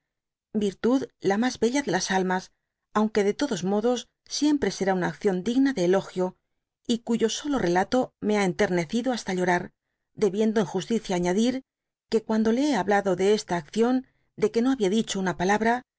virtud la mas bella de las almas aunque de todos modos siempre será una acción digna dé elogio y cuyo solo relato me ha enternecido hasta lloran debiendo en justicia añadir que cuando le hé hablado de esta acción de que no habia dicho una palabra